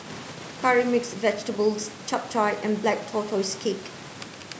curry mixed vegetables Chap Chai and black tortoise cake